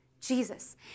Jesus